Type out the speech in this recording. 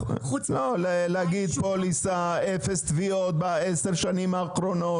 להגיד פוליסה אפס תביעות ב-10 השנים האחרונות.